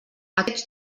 aquests